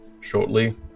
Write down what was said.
shortly